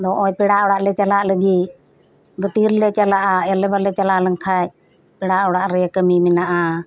ᱟᱫᱚ ᱯᱮᱲᱟ ᱚᱲᱟᱜ ᱞᱮ ᱪᱟᱞᱟᱜ ᱞᱟᱹᱜᱤᱫ ᱟᱫᱚ ᱛᱤᱨᱮᱞᱮ ᱪᱟᱞᱟᱜᱼᱟ ᱟᱞᱮ ᱵᱟᱞᱮ ᱪᱟᱞᱟᱣ ᱞᱮᱱᱠᱷᱟᱱ ᱯᱮᱲᱟ ᱚᱲᱟᱜ ᱨᱮ ᱠᱟᱹᱢᱤ ᱢᱮᱱᱟᱜᱼᱟ